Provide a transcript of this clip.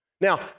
Now